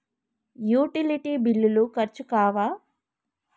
Utility బిల్లులు ఖర్చు కావా?